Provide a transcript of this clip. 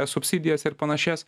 subsidijas ir panašias